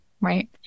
Right